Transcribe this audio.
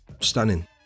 Stunning